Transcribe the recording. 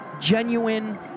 genuine